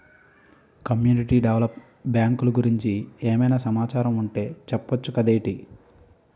community develop బ్యాంకులు గురించి ఏమైనా సమాచారం ఉంటె చెప్పొచ్చు కదేటి